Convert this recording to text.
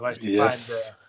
Yes